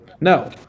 No